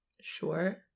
sure